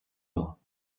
ans